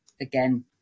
again